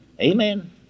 Amen